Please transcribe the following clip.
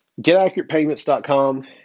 getaccuratepayments.com